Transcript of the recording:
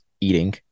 eating